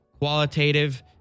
Qualitative